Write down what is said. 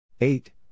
eight